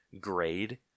grade